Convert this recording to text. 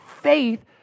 faith